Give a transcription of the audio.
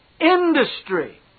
industry